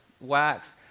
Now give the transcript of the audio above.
wax